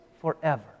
forever